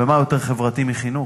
ומה יותר חברתי מחינוך?